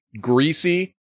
greasy